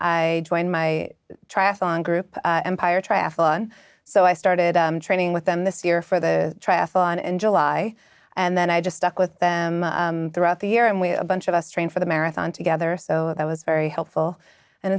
i joined my traffic on group empire triathlon so i started training with them this year for the triathlon in july and then i just stuck with them throughout the year and we a bunch of us train for the marathon together so that was very helpful and